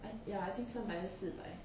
I ya I think 三百还四百